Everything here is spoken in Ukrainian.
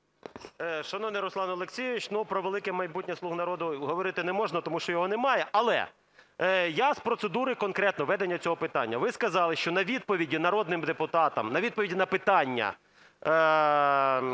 Шановний Руслане Олексійовичу, про велике майбутнє "слуг народу" говорити не можна, тому що його немає, але я з процедури конкретно ведення цього питання. Ви сказали, що на відповіді народним депутатам, на відповіді на питання